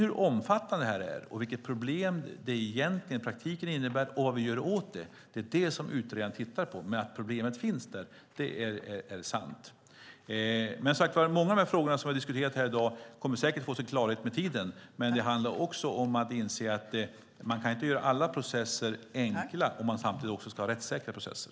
Hur omfattande detta är, vilket problem det i praktiken innebär och vad vi gör åt det är vad utredaren tittar på. Men att problemet finns där är sant. Många av de frågor som vi har diskuterat här i dag kommer säkert att få sin klarhet med tiden. Men det handlar också om att inse att man inte kan göra alla processer enkla om man samtidigt också ska ha rättssäkra processer.